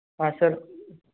हाँ सर